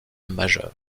majeur